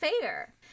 fair